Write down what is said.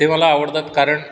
ते मला आवडतात कारण